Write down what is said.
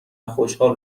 خوشحال